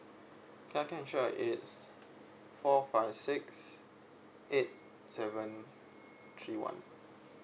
ya can sure it's four five six eight seven three one